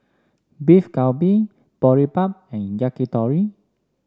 Beef Galbi Boribap and Yakitori